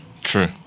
True